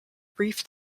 brief